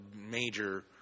major